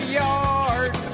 yard